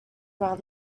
around